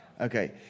Okay